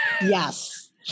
Yes